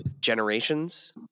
Generations